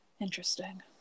Interesting